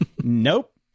Nope